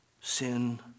Sin